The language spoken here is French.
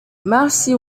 marcy